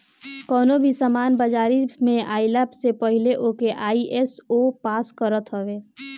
कवनो भी सामान बाजारी में आइला से पहिले ओके आई.एस.ओ पास करत हवे